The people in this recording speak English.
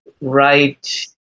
right